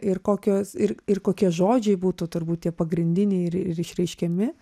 ir kokios ir ir kokie žodžiai būtų turbūt tie pagrindiniai ir ir išreiškiami